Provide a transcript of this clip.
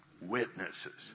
witnesses